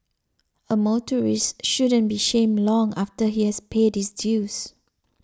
a motorist shouldn't be shamed long after he has paid his dues